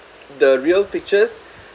the real pictures